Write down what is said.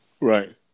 Right